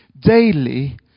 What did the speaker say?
daily